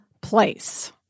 place